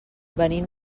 venim